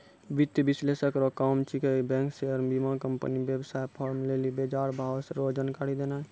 वित्तीय विश्लेषक रो काम छिकै बैंक शेयर बीमाकम्पनी वेवसाय फार्म लेली बजारभाव रो जानकारी देनाय